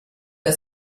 der